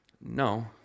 No